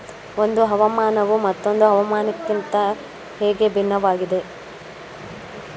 ಒಂದು ಹವಾಮಾನವು ಮತ್ತೊಂದು ಹವಾಮಾನಕಿಂತ ಹೇಗೆ ಭಿನ್ನವಾಗಿದೆ?